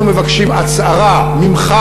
אנחנו מבקשים הצהרה ממך,